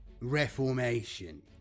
Reformation